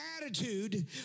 attitude